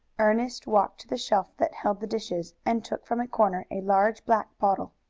ernest walked to the shelf that held the dishes, and took from a corner a large black bottle.